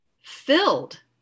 Filled